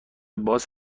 باز